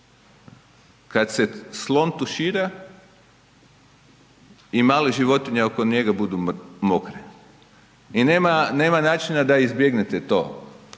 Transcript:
Kada se slon tušira i male životinje oko njega budu mokre i nema načina da izbjegnete to.